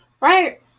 Right